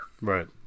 Right